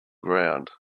ground